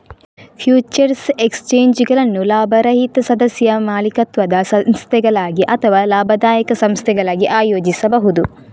futures ಎಕ್ಸ್ಚೇಂಜುಗಳನ್ನು ಲಾಭರಹಿತ ಸದಸ್ಯ ಮಾಲೀಕತ್ವದ ಸಂಸ್ಥೆಗಳಾಗಿ ಅಥವಾ ಲಾಭದಾಯಕ ಸಂಸ್ಥೆಗಳಾಗಿ ಆಯೋಜಿಸಬಹುದು